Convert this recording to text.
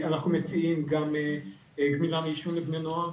אנחנו מציעים גם גמילה מעישון לבני נוער,